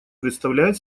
представляет